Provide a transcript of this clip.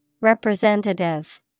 Representative